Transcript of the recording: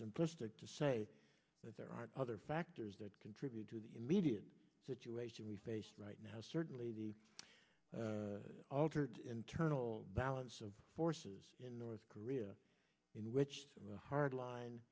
simplistic to say that there are other factors that contribute to the immediate situation we face right now certainly the altered internal balance of forces in north korea in which the hardline